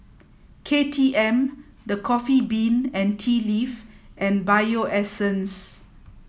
K T M The Coffee Bean and Tea Leaf and Bio Essence